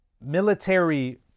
military